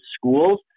schools